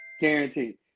guaranteed